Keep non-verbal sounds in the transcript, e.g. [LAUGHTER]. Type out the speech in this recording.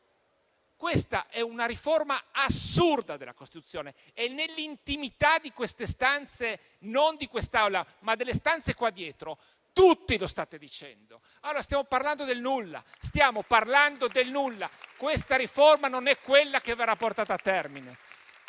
Questa è una riforma assurda della Costituzione e, nell'intimità di queste stanze (non di quest'Aula, ma nelle stanze qui dietro), tutti lo state dicendo. Stiamo allora parlando del nulla. [APPLAUSE] Questa riforma non è quella che verrà portata a termine.